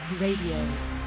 Radio